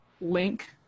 link